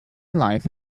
life